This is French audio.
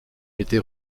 été